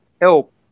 help